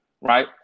right